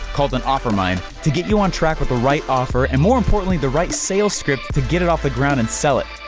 called an offermind to get you on track with the right offer and more importantly, the right sales script to get it off the ground and sell it.